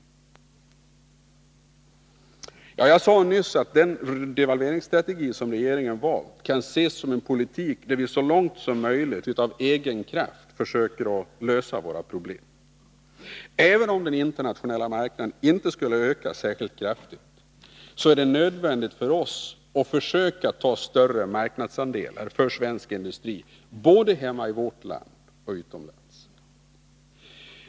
Jag sade nyss att den devalveringsstrategi som regeringen valt kan ses som en politik där vi så långt som möjligt av egen kraft söker lösa våra problem. Även om den internationella marknaden inte skulle öka särskilt kraftigt, är det nödvändigt för oss att försöka ta större marknadsandelar för svensk industri, både hemma i vårt land och utomlands.